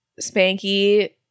Spanky